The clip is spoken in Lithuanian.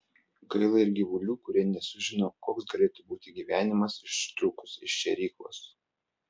gaila ir gyvulių kurie nesužino koks galėtų būti gyvenimas ištrūkus iš šėryklos